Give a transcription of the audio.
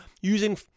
using